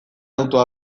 auto